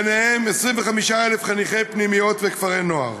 ובהם 25,000 חניכי פנימיות וכפרי נוער.